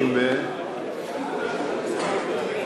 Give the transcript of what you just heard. נתקבלה.